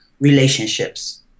relationships